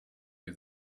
you